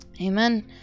Amen